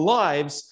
lives